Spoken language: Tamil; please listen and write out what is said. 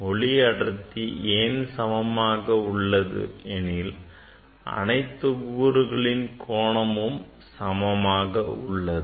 ஒளி அடர்த்தி ஏன் சமமாக உள்ளது எனில் அனைத்து கூறுகளின் கோணமும் சமமாக உள்ளது